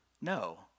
No